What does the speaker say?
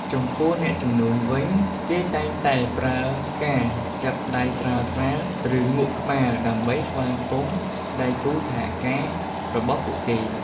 ចំពោះអ្នកជំនួញវិញ គេតែងតែប្រើការចាប់ដៃស្រាលៗ ឬងក់ក្បាល ដើម្បីស្វាគមន៍ដៃគូរសហការរបស់ពួកគេ។